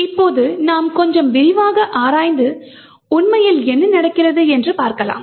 இப்போது நாம் கொஞ்சம் விரிவாக ஆராய்ந்து உண்மையில் என்ன நடக்கிறது என்று பார்க்கலாம்